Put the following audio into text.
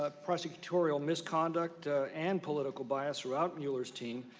ah prosecutorial misconduct and political bias throughout mueller steam.